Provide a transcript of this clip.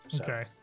Okay